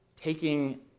taking